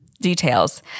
details